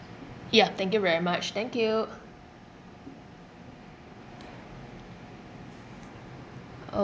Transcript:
ya thank you very much thank you